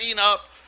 up